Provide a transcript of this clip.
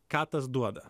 ką tas duoda